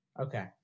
Okay